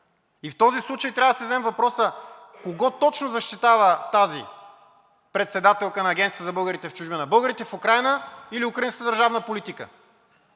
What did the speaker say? И в този случай трябва да си зададем въпроса кого точно защитава тази председателка на Агенцията за българите в чужбина – българите в Украйна или украинската държавна политика?